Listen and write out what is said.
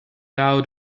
out